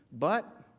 but,